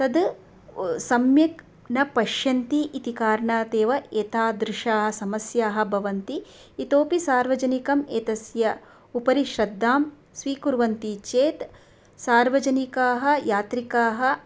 तद् वो सम्यक् न पश्यन्ति इति कारणातेव एतादृशाः समस्याः भवन्ति इतोऽपि सार्वजनिकम् एतस्य उपरि श्रद्धां स्वीकुर्वन्ति चेत् सार्वजनिकाः यात्रिकाः